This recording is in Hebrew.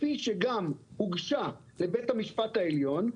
כפי שגם הוגשה לבית-המשפט העליון.